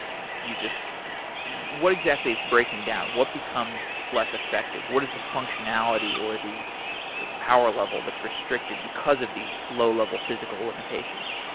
you just what exactly is breaking down? what becomes less effective? what is the functionality or the the power level that's restricted because of these low level physical limitations?